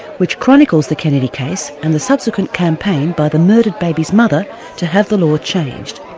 which chronicles the kennedy case and the subsequent campaign by the murdered baby's mother to have the law changed.